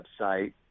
website